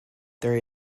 there